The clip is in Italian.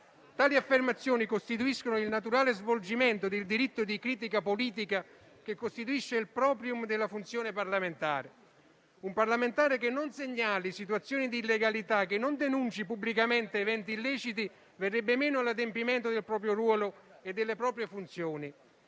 Tali affermazioni rientrano nel naturale svolgimento del diritto di critica politica che costituisce il *proprium* della funzione parlamentare. Un parlamentare che non segnali situazioni di illegalità, che non denunci pubblicamente eventi illeciti verrebbe meno all'adempimento del proprio ruolo e delle proprie funzioni.